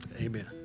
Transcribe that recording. Amen